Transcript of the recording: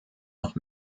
noch